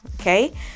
okay